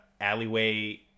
alleyway